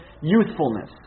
youthfulness